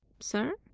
sir?